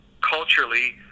culturally